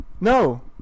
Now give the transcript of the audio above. no